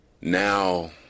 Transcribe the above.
Now